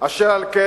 אשר על כן,